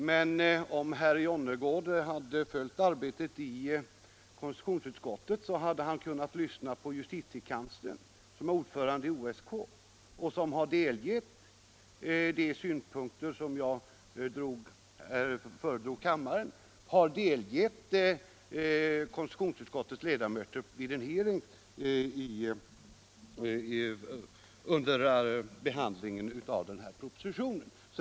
Men om herr Jonnergård hade följt arbetet i konstitutionsutskottet, hade han kunnat lyssna till justitiekanslern, som är ordförande i OSK och som vid en hearing under behandlingen av denna proposition har delgivit utskottet de synpunkter som jag redovisade för kammaren.